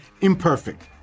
imperfect